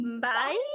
Bye